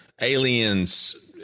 aliens